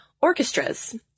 orchestras